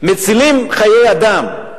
מצילים חיי אדם,